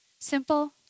Simple